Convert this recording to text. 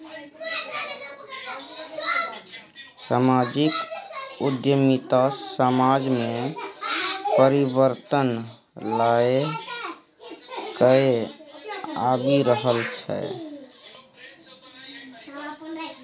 समाजिक उद्यमिता समाज मे परिबर्तन लए कए आबि रहल छै